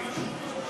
כן.